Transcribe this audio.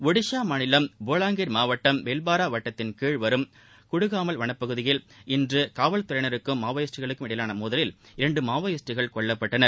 ஒடிஷா மாநிலம் போலாங்கிர் மாவட்டம் பெவ்பாரா வட்டத்தின் கீழ் வரும் குடுகாமல் வளப்பகுதியில் இன்று காவல்துறையினருக்கும் மாவோயிஸ்டுகளுக்கும் இடையிலான மோதலில் இரண்டு மாவோயிஸ்டுகள் கொல்லப்பட்டனர்